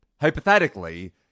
hypothetically